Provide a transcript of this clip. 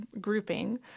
grouping